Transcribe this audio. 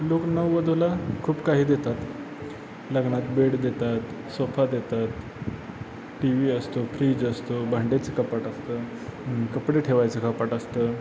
लोक नववधूला खूप काही देतात लग्नात बेड देतात सोफा देतात टी व्ही असतो फ्रीज असतो भांडेचं कपाट असतं कपडे ठेवायचं कपाट असतं